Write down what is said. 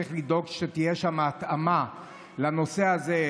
צריך לדאוג שתהיה שם התאמה לנושא הזה,